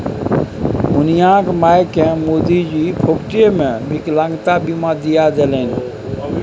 मुनिया मायकेँ मोदीजी फोकटेमे विकलांगता बीमा दिआ देलनि